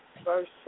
Verse